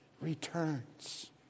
returns